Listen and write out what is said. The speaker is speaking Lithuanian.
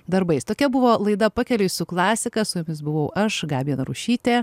darbais tokia buvo laida pakeliui su klasika su jumis buvau aš gabija narušytė